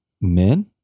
men